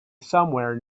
somewhere